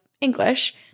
English